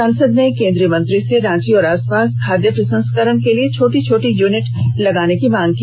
सांसद ने केंद्रीय मंत्री से रांची और आस पास खाद्य प्रसंस्करण के छोटी छोटी युनिट लगाने की मांग की